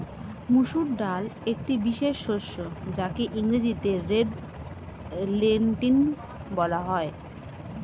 মুসুর ডাল একটি বিশেষ শস্য যাকে ইংরেজিতে রেড লেন্টিল বলা হয়